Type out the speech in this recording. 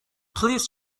please